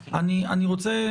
אני רוצה,